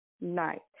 night